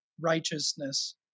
righteousness